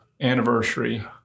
anniversary